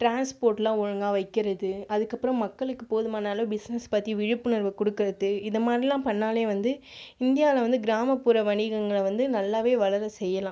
ட்ரான்ஸ்போர்ட்லாம் ஒழுங்காக வைக்கிறது அதற்கப்பறம் மக்களுக்கு போதுமான அளவு பிஸ்னஸ் பற்றி விழிப்புணர்வு கொடுக்குறது இது மாதிரி எல்லாம் பண்ணால் வந்து இந்தியாவில் வந்து கிராமப்புற வணிகங்களை வந்து நல்லாவே வளர செய்யலாம்